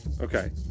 Okay